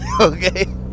okay